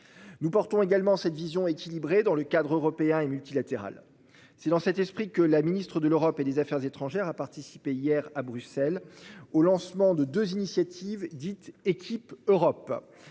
Nous portons également cette vision équilibrée dans le cadre européen et multilatérale. C'est dans cet esprit que la Ministre de l'Europe et des Affaires étrangères a participé hier à Bruxelles au lancement de deux initiatives dites équipe Europe